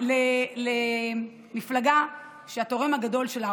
למפלגה שהתורם הגדול שלה,